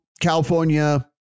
California